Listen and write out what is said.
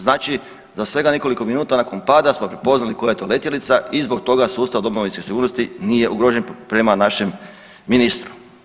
Znači za svega nekoliko minuta nakon pada smo prepoznali koja je to letjelica i zbog toga sustav domovinske sigurnosti nije ugrožen prema našem ministru.